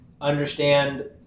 understand